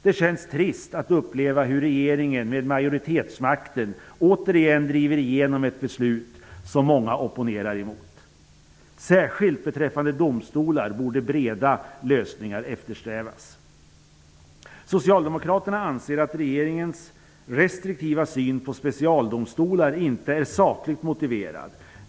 Det känns trist att uppleva hur regeringen med majoritetsmakten återigen driver igenom ett beslut som många opponerar sig mot. Särskilt beträffande domstolar borde breda lösningar eftersträvas. Socialdemokraterna anser att regeringens restriktiva syn på specialdomstolar inte är sakligt motiverad.